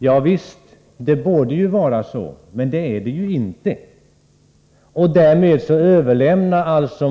Javisst, det borde naturligtvis vara så, men det är det inte.